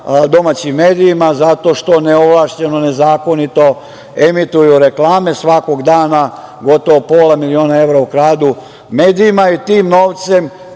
domaćim medijima zato što neovlašćeno, nezakonito emituju reklame svakog dana, gotovo pola miliona evra ukradu medijima i tim novcem